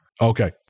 Okay